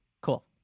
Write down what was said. Cool